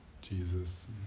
Jesus